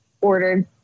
ordered